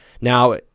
Now